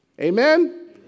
Amen